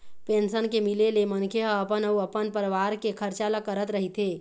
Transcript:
pension के मिले ले मनखे ह अपन अउ अपन परिवार के खरचा ल करत रहिथे